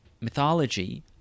mythology